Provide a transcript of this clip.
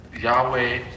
Yahweh